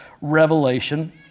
revelation